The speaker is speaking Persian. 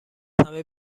همه